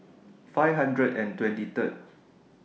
five hundred and twenty Third